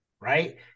right